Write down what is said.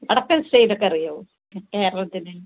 വടക്കൻ സ്റ്റേറ്റ് ഒക്കെ അറിയാമോ കേരളത്തിൻ്റെ